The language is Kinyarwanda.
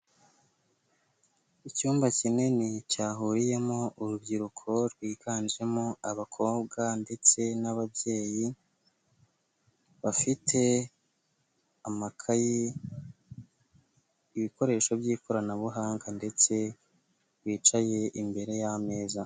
Icyumba kinini cyahuriyemo urubyiruko rwiganjemo abakobwa ndetse n'ababyeyi bafite amakayi, ibikoresho by'ikoranabuhanga ndetse bicaye imbere y'ameza.